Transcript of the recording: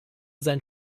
sein